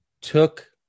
took